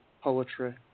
poetry